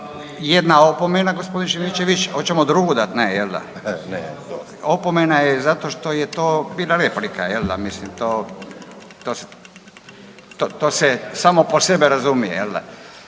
Jedna opomena gospodin Šimičević. Hoćemo drugu dati? Ne, jel da? Opomena je zato što je to bila replika jel da, mislim to, to se samo po sebi razumije jel da.